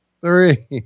three